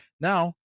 Now